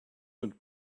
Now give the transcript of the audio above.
und